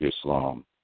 Islam